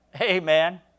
Amen